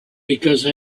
because